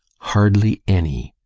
hardly any!